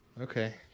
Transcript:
Okay